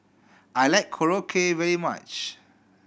I like Korokke very much